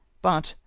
but,